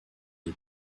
les